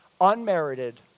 unmerited